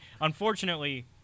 Unfortunately